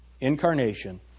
incarnation